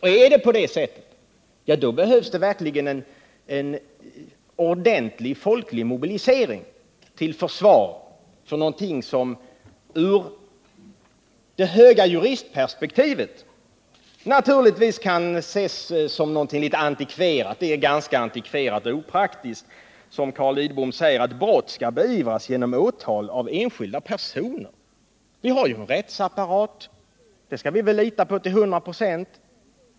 Om det är på det sättet behövs det verkligen en ordentlig folklig mobilisering till försvar för denna rättighet, som ur det höga juristperspektivet naturligtvis kan ses som något antikverad. Det är ganska antikverat och opraktiskt, säger Carl Lidbom, att brott skall beivras genom åtal av enskilda personer. Vi har ju vår rättsapparat, och den skall vi väl lita på till 100 96, säger Carl Lidbom.